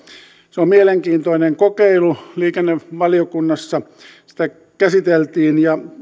se on mielenkiintoinen kokeilu liikennevaliokunnassa sitä käsiteltiin ja